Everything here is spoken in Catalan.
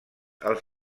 als